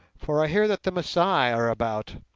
for i hear that the masai are about,